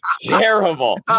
terrible